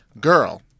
Girl